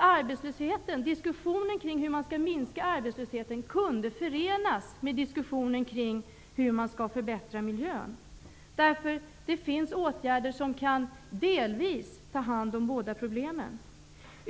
arbetslösheten. Men diskussionen kring hur man skall kunna minska arbetslösheten kunde faktiskt förenas med diskussionen kring hur man skall kunna förbättra miljön. Det finns åtgärder som delvis kan avhjälpa båda problemen.